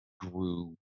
grew